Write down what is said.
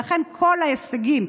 לכן כל ההישגים,